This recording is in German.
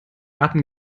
garten